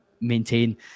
maintain